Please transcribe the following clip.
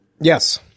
Yes